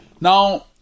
Now